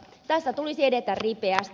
tässä tulisi edetä ripeästi